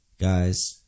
guys